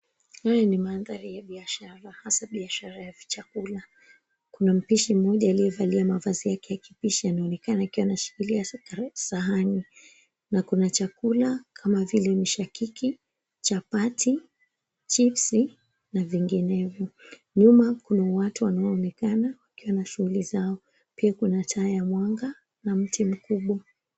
Haya ni mandhari ya biashara, hasa biashara ya vyakula. Kuna mpishi mmoja aliyevaa mavazi yake ya kipishi anaonekana akiwa anashikilia sahani na kuna chakula kama vile mishakiki, chapati, chipsi na vinginevyo. Nyuma kuna watu wanaoonekana wakiwa na shughuli zao. Pia kuna taa ya mwanga na mti mkubwa.